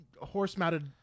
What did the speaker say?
horse-mounted